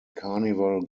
carnival